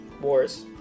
Wars